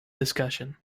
discussion